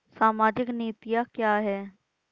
सामाजिक नीतियाँ क्या हैं?